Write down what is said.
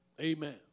Amen